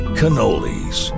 cannolis